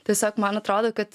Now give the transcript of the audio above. tiesiog man atrodo kad